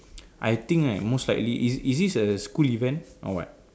I think right most likely is is this a school event or what